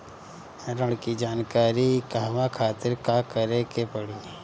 ऋण की जानकारी के कहवा खातिर का करे के पड़ी?